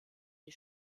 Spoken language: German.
die